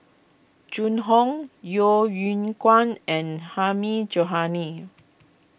Zhu Hong Yeo Yeow Kwang and Hilmi Johandi